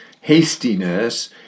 Hastiness